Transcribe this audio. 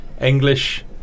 English